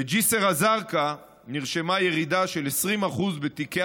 בג'יסר א-זרקא נרשמה ירידה של 20% בתיקי